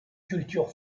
culture